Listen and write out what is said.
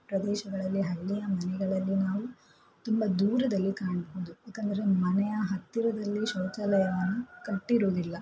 ಪ್ರದೇಶಗಳಲ್ಲಿ ಹಳ್ಳಿಯ ಮನೆಗಳಲ್ಲಿ ನಾವು ತುಂಬ ದೂರದಲ್ಲಿ ಕಾಣಬಹುದು ಯಾಕಂದರೆ ಮನೆಯ ಹತ್ತಿರದಲ್ಲಿ ಶೌಚಾಲಯವನ್ನು ಕಟ್ಟಿರುವುದಿಲ್ಲ